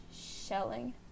shelling